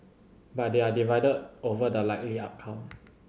but they are divided over the likely outcome